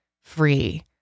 free